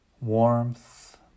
warmth